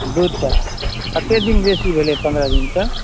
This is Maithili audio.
दूटा कते दिन बेसी भेलै पन्द्रह दिनसँ